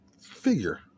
figure